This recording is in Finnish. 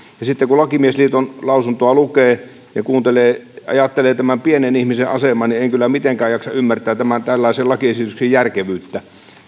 sitten kun asianajajaliiton lausuntoa luen ja kuuntelen ajattelen tämän pienen ihmisen asemaa en kyllä mitenkään jaksa ymmärtää tämän tällaisen lakiesityksen järkevyyttä